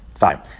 Fine